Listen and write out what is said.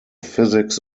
physics